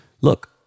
look